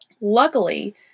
luckily